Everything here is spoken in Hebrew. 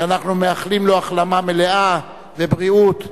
שאנחנו מאחלים לו החלמה מלאה ובריאות,